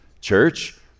church